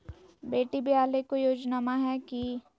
बेटी ब्याह ले कोई योजनमा हय की?